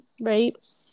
right